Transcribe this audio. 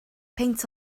peint